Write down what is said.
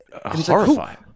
horrifying